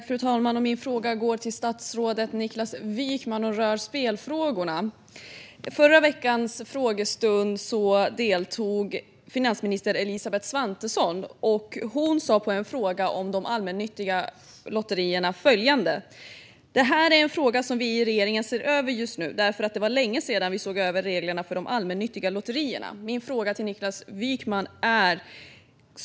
Fru talman! Min fråga går till statsrådet Niklas Wykman och rör spelfrågorna. I förra veckans frågestund deltog finansminister Elisabeth Svantesson. På en fråga om de allmännyttiga lotterierna svarade hon: "Det här är en fråga som vi i regeringen ser över just nu därför att det var länge sedan vi såg över reglerna för de allmännyttiga lotterierna."